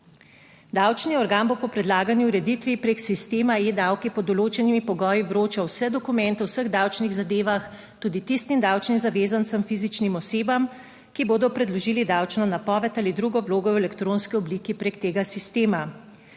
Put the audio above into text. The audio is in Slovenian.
Davčni organ bo po predlagani ureditvi preko sistema eDavki pod določenimi pogoji vročal vse dokumente v vseh davčnih zadevah tudi tistim davčnim zavezancem, fizičnim osebam, ki bodo predložili davčno napoved ali drugo vlogo v elektronski obliki preko tega sistema.